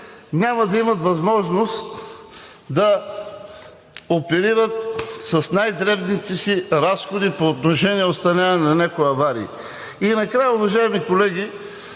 няма да имат възможност да оперират с най-дребните си разходи по отношение на отстраняване на някои аварии. И накрая, уважаеми колеги,